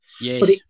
Yes